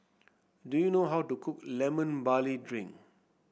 do you know how to cook Lemon Barley Drink